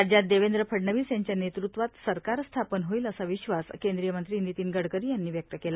राज्यात देवेंद्र फडणवीस यांच्याच नेतृत्वात सरकार स्थापन होईल असा विश्वास केंद्रीय मंत्री वितीन गडकरी यांनी व्यक्त केला